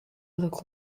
look